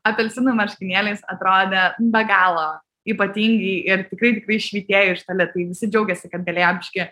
apelsinų marškinėliais atrodė be galo ypatingi ir tikrai tikrai švytėjo iš toli tai visi džiaugėsi kad galėjo biškį